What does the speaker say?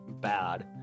bad